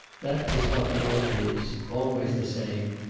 that is what war is. always the same.